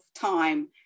time